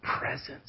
presence